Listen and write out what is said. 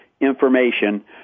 information